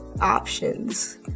options